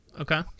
okay